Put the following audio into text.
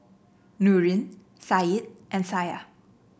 Nurin Said and Syah